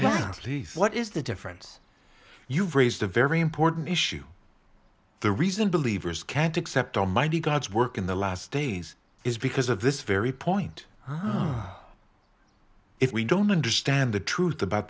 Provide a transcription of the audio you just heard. thought is the difference you've raised a very important issue the reason believers can't accept almighty god's work in the last days is because of this very point if we don't understand the truth about